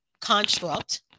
construct